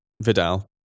Vidal